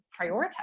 prioritize